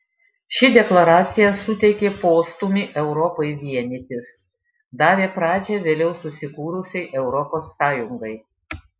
ši deklaracija suteikė postūmį europai vienytis davė pradžią vėliau susikūrusiai europos sąjungai